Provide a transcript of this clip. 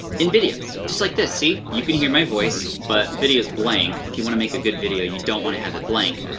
in videos. just like this, see? you can hear my voice, but the video's blank. if you wanna make a good video, you don't wanna have it blank,